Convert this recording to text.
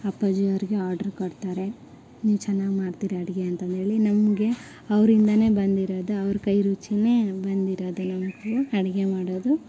ಅಪ್ಪಾಜಿ ಅವ್ರಿಗೆ ಆರ್ಡ್ರ್ ಕೊಡ್ತಾರೆ ನೀವು ಚೆನ್ನಾಗ್ ಮಾಡ್ತೀರಿ ಅಡುಗೆ ಅಂತಂದೇಳಿ ನಮಗೆ ಅವರಿಂದನೇ ಬಂದಿರೋದು ಅವ್ರ ಕೈ ರುಚಿನೇ ನಮ್ಗೆ ಬಂದಿರೋದು ನಮಗೂ ಅಡುಗೆ ಮಾಡೋದು